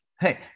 Hey